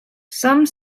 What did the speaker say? some